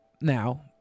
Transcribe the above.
now